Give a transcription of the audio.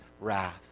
wrath